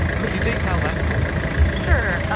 could you detail that for us? sure.